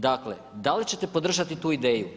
Dakle da li ćete podržati tu ideju?